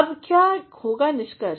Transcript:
अब क्या होगा निष्कर्ष